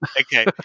okay